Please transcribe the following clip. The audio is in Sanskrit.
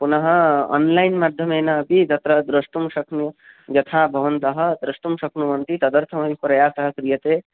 पुनः ओन्लैन् माध्यमेन अपि तत्र द्रष्टुं शक्नुयुः यथा भवन्तः द्रष्टुं शक्नुवन्ति तदर्थमपि प्रयासः क्रियते